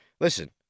Listen